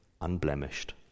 unblemished